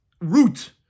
root